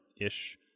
ish